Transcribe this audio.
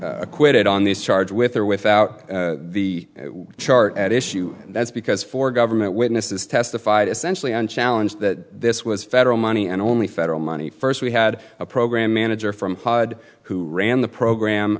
acquitted on this charge with or without the chart at issue that's because for government witnesses testified essentially on challenge that this was federal money and only federal money first we had a program manager from pod who ran the program